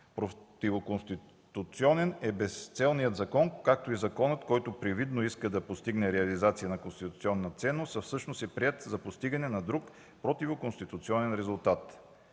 Противоконституционен е безцелният закон, както и законът, който привидно иска да постигне реализацията на конституционна ценност, а всъщност е приет за постигане на друг, противоконституционен резултат.